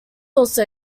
also